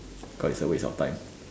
cause it is a waste of time